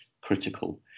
critical